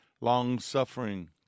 long-suffering